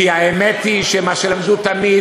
כי האמת היא שמה שלמדו תמיד,